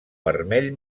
vermell